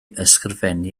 ysgrifennu